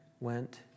went